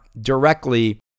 directly